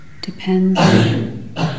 depends